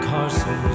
Carson